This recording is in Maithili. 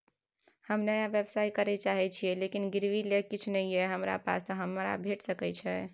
हम नया व्यवसाय करै चाहे छिये लेकिन गिरवी ले किछ नय ये हमरा पास त हमरा भेट सकै छै?